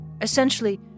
Essentially